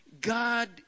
God